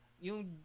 Yung